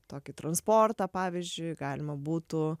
tokį transportą pavyzdžiui galima būtų